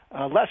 less